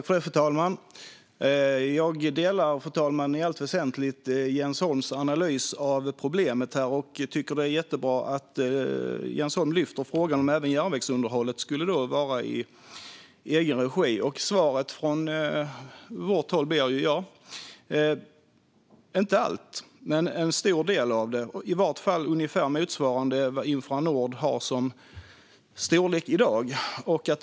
Fru talman! Jag delar i allt väsentligt Jens Holms analys av problemet. Det är jättebra att Jens Holm även lyfter upp frågan om även järnvägsunderhållet kan vara i egen regi. Svaret från vårt håll blir ja. Det gäller inte allt, men en stor del av det. I varje fall borde det vara ungefär motsvarande storleken på det som Infranord i dag har.